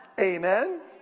Amen